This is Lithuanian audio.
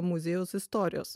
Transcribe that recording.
muziejaus istorijos